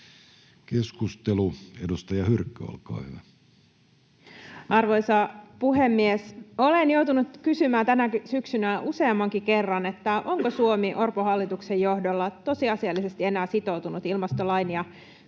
Keskustelu, edustaja Hyrkkö, olkaa hyvä. Arvoisa puhemies! Olen joutunut kysymään tänä syksynä useammankin kerran, onko Suomi Orpon hallituksen johdolla tosiasiallisesti enää sitoutunut ilmastolain ja kansainvälisten